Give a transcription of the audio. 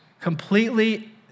completely